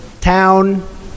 town